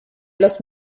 los